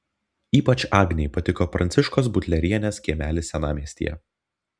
ypač agnei patiko pranciškos butlerienės kiemelis senamiestyje